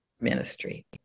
ministry